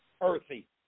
earthy